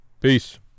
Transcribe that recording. Peace